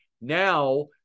Now